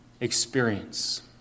experience